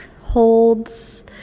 holds